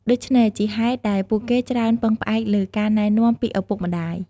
ដូច្នេះ ជាហេតុដែលពួកគេច្រើនពឹងផ្អែកលើការណែនាំពីឪពុកម្ដាយ។